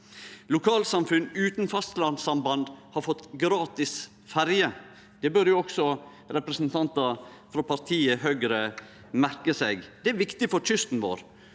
Lokalsamfunn utan fastlandssamband har fått gratis ferje. Det burde også representantar frå partiet Høgre merke seg. Det er viktig for kysten vår.